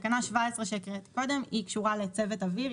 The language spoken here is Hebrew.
17 שקראתי קודם קשורה לצוות אוויר.